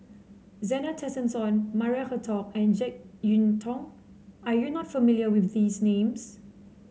Zena Tessensohn Maria Hertogh and JeK Yeun Thong are you not familiar with these names